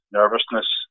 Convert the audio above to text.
nervousness